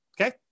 Okay